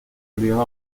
obligado